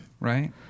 right